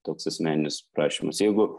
toks asmeninis prašymas jeigu